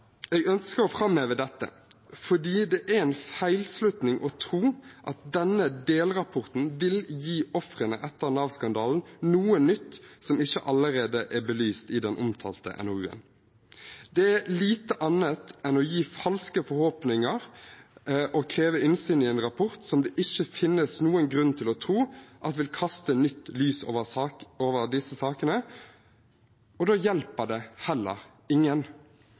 Jeg ønsker å framheve dette fordi det er en feilslutning å tro at denne delrapporten vil gi ofrene etter Nav-skandalen noe nytt som ikke allerede er belyst i den omtalte NOU-en. Det er lite annet enn å gi falske forhåpninger å kreve innsyn i en rapport som det ikke finnes noen grunn til å tro vil kaste nytt lys over disse sakene, og da hjelper det heller ingen.